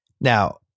Now